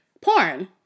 porn